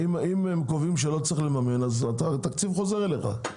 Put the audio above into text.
הרי אם הם קובעים שלא צריך לממן אז התקציב חוזר אליך.